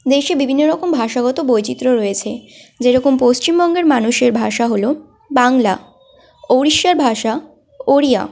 দেশে বিভিন্ন রকম ভাষাগত বৈচিত্র্য রয়েছে যেরকম পশ্চিমবঙ্গের মানুষের ভাষা হলো বাংলা ও উড়িষ্যার ভাষা ওড়িয়া